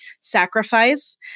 sacrifice